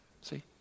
See